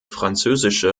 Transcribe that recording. französische